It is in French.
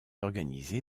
organisée